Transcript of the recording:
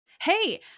Hey